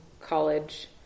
college